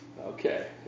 Okay